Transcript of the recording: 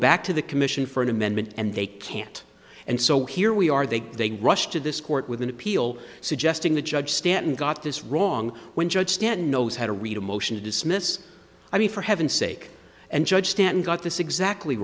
back to the commission for an amendment and they can't and so here we are they they rushed to this court with an appeal suggesting the judge stanton got this wrong when judge stan knows how to read a motion to dismiss i mean for heaven's sake and judge stan got this exactly